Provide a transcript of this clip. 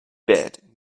bed